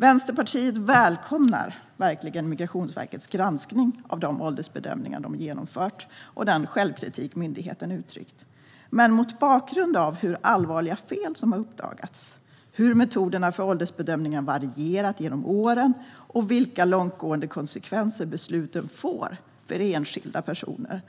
Vänsterpartiet välkomnar verkligen Migrationsverkets granskning av de åldersbedömningar de genomfört och den självkritik myndigheten uttryckt. Men mot bakgrund av hur allvarliga fel som uppdagats, hur metoderna för åldersbedömningar varierat genom åren och vilka långtgående konsekvenser besluten får för enskilda personer